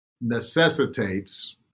necessitates